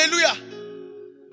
Hallelujah